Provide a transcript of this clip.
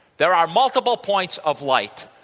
there are multiple points of light,